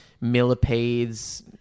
millipedes